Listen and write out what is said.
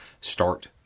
start